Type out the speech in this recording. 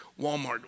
Walmart